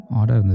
order